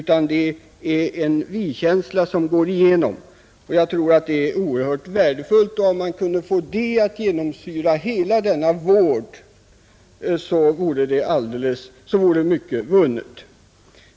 Jag tror att det vore oerhört värdefullt om man kunde få denna vi-känsla att genomsyra hela vårdarbetet. Herr talman!